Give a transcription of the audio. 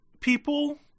people